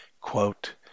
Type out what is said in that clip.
quote